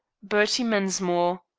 bertie mensmore.